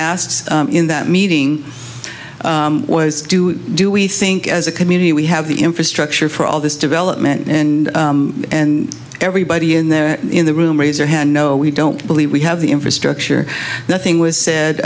asked in that meeting was do do we think as a community we have the infrastructure for all this development and everybody in there in the room raise their hand no we don't believe we have the infrastructure nothing was said